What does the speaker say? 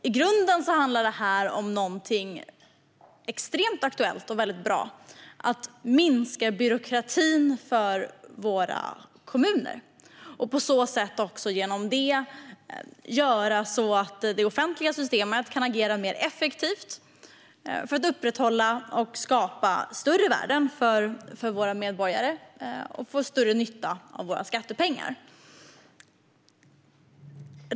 I grunden handlar detta om något extremt aktuellt och mycket bra, nämligen att minska byråkratin för våra kommuner, så att det offentliga systemet kan agera mer effektivt för att upprätthålla och skapa större värden för våra medborgare och få större nytta av våra skattepengar.